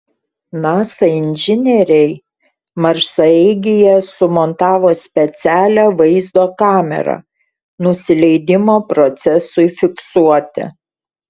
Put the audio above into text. nasa inžinieriai marsaeigyje sumontavo specialią vaizdo kamerą nusileidimo procesui fiksuoti